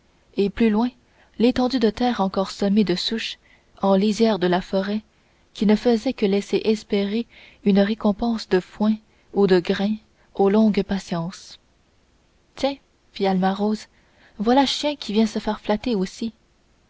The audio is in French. et plus loin l'étendue de terre encore semée de souches en lisière de la forêt qui ne faisait que laisser espérer une récompense de foin ou de grain aux longues patiences tiens fit alma rose voilà chien qui vient se faire flatter aussi